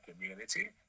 community